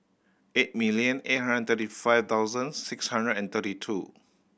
eight million eight hundred thirty five thousand six hundred and thirty two